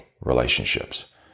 relationships